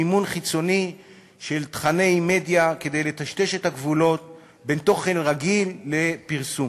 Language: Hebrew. מימון חיצוני של תוכני מדיה כדי לטשטש את הגבולות בין תוכן רגיל לפרסום.